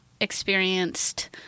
experienced